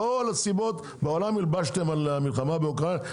את כל הדברים בעולם, הלבשתם על המלחמה באוקראינה.